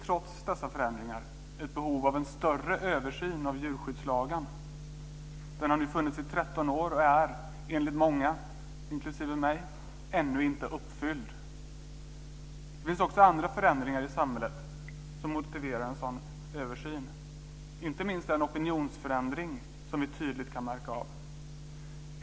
Trots dessa förändringar finns det ett behov av en större översyn av djurskyddslagen. Den har nu funnits i 13 år och är enligt många, inklusive mig, ännu inte uppfylld. Det finns också andra förändringar i samhället som motiverar en sådan översyn, inte minst den opinionsförändring som vi tydligt kan märka.